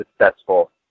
successful